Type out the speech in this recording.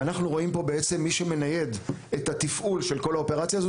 ואנחנו רואים פה בעצם שמי שמנייד את התפעול של כל האופרציה הזאת,